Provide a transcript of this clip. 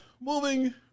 moving